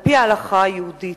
על-פי ההלכה היהודית,